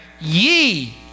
ye